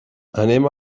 anem